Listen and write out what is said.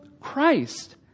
Christ